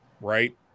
right